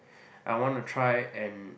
I wanna try and